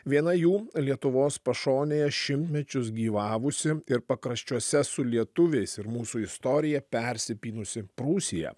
viena jų lietuvos pašonėje šimtmečius gyvavusi ir pakraščiuose su lietuviais ir mūsų istorija persipynusi prūsija